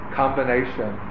combination